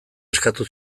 eskatu